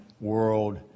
world